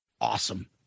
awesome